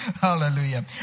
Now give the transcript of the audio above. hallelujah